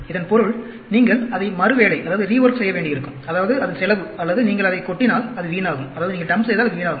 இதன் பொருள் நீங்கள் அதை மறுவேலை செய்ய வேண்டியிருக்கும் அதாவது அது செலவு அல்லது நீங்கள் அதைக் கொட்டினால் அது வீணாகும்